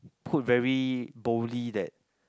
put very boldly that